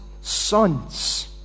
sons